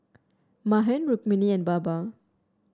Mahan Rukmini and Baba